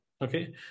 okay